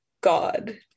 god